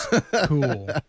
Cool